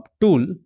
tool